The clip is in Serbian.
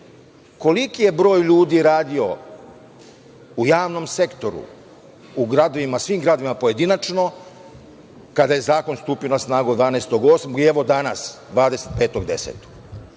koliki je broj ljudi radio u javnom sektoru u svim gradovima pojedinačno kada je zakon stupio na snagu 12.08. i evo danas 25.